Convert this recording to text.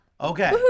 Okay